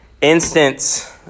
instance